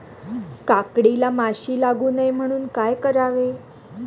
काकडीला माशी लागू नये म्हणून काय करावे?